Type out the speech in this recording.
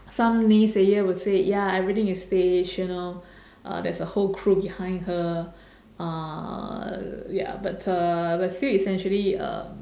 some naysayer will say ya everything is fake you know there's a whole crew behind her uh ya but uh but I feel essentially um